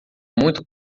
muito